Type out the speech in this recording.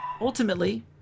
ultimately